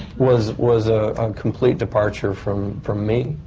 was. was a complete departure from. from me,